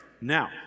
Now